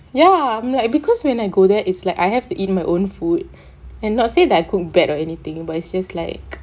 ya like because when I go there is like I have to eat my own food and not say that I cook bad or anything but it's just like